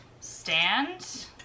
stand